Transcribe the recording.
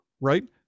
Right